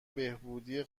بهبودی